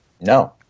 No